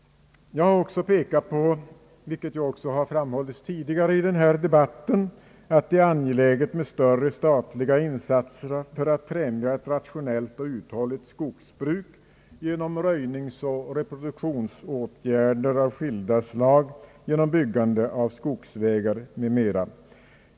Jag har betonat, vilket också framhållits tidigare i denna debatt, att det för att främja ett rationellt och uthålligt skogsbruk är angeläget med större statliga insatser genom röjningsoch reproduktionsåtgärder av skilda slag, genom byggande av skogsvägar m.m.